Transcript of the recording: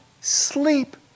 sleep